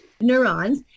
neurons